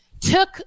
took